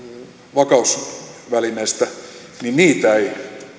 vakausvälineestä ei